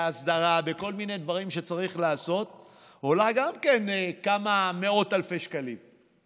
בהסדרה וכל מיני דברים שצריך לעשות עולה כמה מאות אלפי שקלים.